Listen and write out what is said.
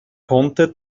konnte